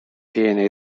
viene